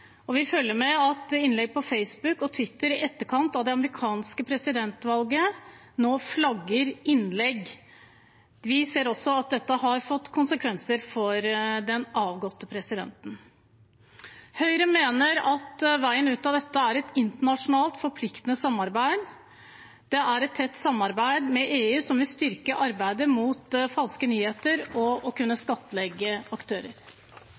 Vi har fulgt med på at Facebook og Twitter i etterkant av det amerikanske presidentvalget nå flagger innlegg. Vi ser også at dette har fått konsekvenser for den avgåtte presidenten. Høyre mener at veien ut av dette er et internasjonalt forpliktende samarbeid. Det er et tett samarbeid med EU som vil styrke arbeidet mot falske nyheter og å kunne skattlegge aktører.